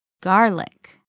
Garlic